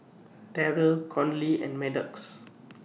Terrell Conley and Maddox